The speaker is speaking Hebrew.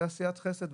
זה עשיית חסד,